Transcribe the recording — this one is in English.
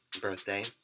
birthday